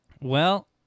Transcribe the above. Well-